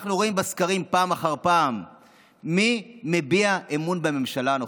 אנחנו רואים בסקרים פעם אחר פעם מי מביע אמון בממשלה הנוכחית,